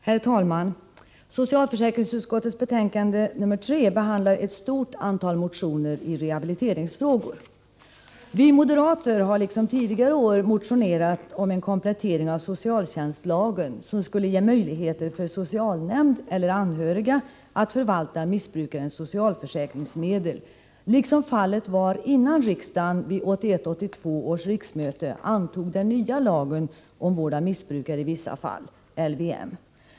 Herr talman! Socialförsäkringsutskottets betänkande 3 behandlar ett stort antal motioner i rehabiliteringsfrågor. Vi moderater har liksom tidigare år motionerat om en komplettering av socialtjänstlagen, som skulle ge möjligheter för socialnämnd eller anhöriga att förvalta missbrukares socialförsäkringsmedel liksom fallet var innan riksdagen vid 1981/82 års riksmöte antog den nya lagen om vård av missbrukare i vissa fall, LVM.